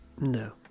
No